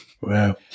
Wow